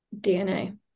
DNA